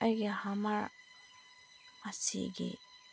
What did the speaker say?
ꯑꯩꯒꯤ ꯍꯃꯔ ꯑꯁꯤꯒꯤ